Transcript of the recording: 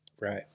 right